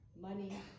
money